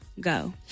Go